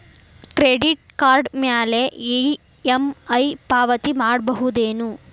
Credit card ಮ್ಯಾಲೆ EMI ಪಾವತಿ ಮಾಡ್ಬಹುದೇನು?